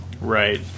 right